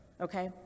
okay